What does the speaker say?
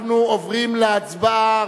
אנחנו עוברים להצבעה.